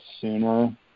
sooner